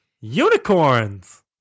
Unicorns